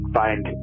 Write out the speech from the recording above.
find